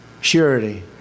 surety